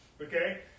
okay